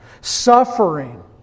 Suffering